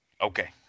Okay